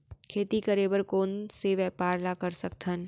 खेती करे बर कोन से व्यापार ला कर सकथन?